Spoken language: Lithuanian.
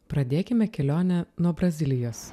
pradėkime kelionę nuo brazilijos